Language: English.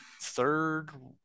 third